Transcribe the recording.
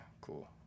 cool